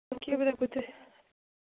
हून केह् पता कु'त्थै